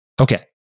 Okay